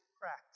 cracked